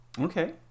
Okay